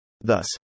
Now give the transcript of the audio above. Thus